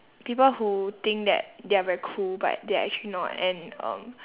people who think that they are very cool but they are actually not and um